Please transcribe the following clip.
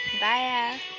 Bye